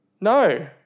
No